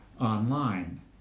online